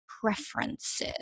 preferences